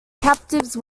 captives